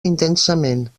intensament